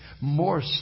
more